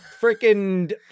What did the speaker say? freaking